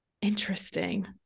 Interesting